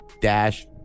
dash